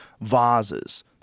vases